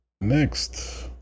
next